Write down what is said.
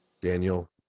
Daniel